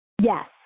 Yes